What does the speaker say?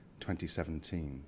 2017